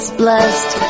blessed